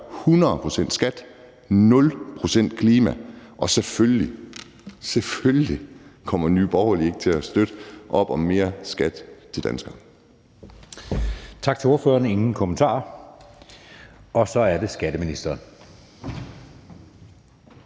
procent skat, nul procent klima. Og selvfølgelig – selvfølgelig – kommer Nye Borgerlige ikke til at støtte op om mere skat til danskerne.